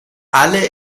alle